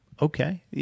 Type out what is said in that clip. Okay